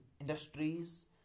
industries